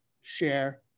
share